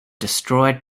destroyed